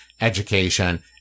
education